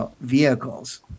vehicles